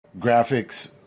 graphics